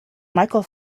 michael